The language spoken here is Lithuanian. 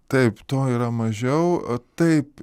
taip to yra mažiau taip